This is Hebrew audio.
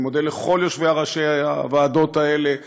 אני מודה לכל יושבי-ראש הוועדות האלה,